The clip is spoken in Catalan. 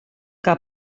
que